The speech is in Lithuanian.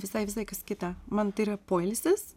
visai visai kas kita man tai yra poilsis